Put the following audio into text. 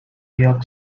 york